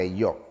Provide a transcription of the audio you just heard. yo